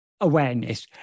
awareness